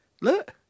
Look